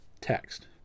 text